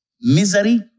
misery